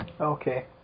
Okay